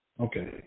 Okay